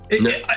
No